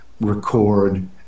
record